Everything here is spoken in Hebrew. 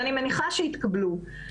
ואני מניחה שיתקבלו,